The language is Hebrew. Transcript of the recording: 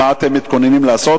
מה אתם מתכוננים לעשות